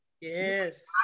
Yes